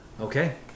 Okay